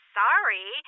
sorry